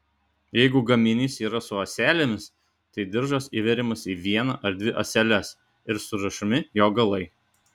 jeigu gaminys yra su ąselėmis tai diržas įveriamas į vieną ar dvi ąseles ir surišami jo galai